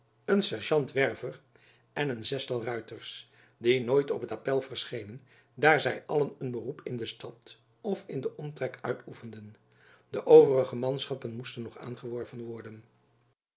sergeant werver en een zestal ruiters die nooit op t appel verschenen daar zy allen een beroep in de stad of in den omtrek uitoefenden de overige manschappen moesten nog aangeworven worden